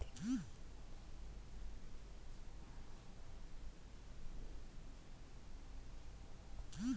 ತಕ್ಷಣ ಪಾವತಿ ಸೇವೆ ಮೊಬೈಲ್ ಬ್ಯಾಂಕಿಂಗ್ ಬಳಕೆದಾರರಿಗೆ ನಿಧಿ ವರ್ಗಾವಣೆ ಸೇವೆಯಾಗೈತೆ